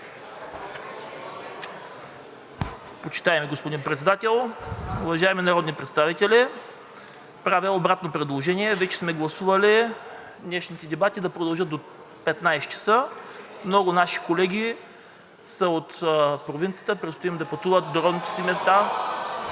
Почитаеми господин Председател, уважаеми народни представители! Правя обратно предложение. Вече сме гласували днешните дебати да продължат до 15,00 ч. Много наши колеги са от провинцията, предстои им да пътуват до родните си места